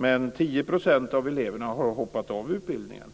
Men 10 % av eleverna har hoppat av utbildningen,